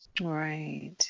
Right